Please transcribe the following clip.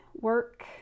work